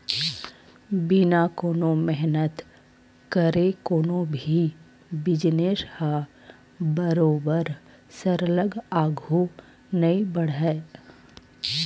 बिना कोनो मेहनत करे कोनो भी बिजनेस ह बरोबर सरलग आघु नइ बड़हय